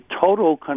total